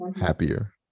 happier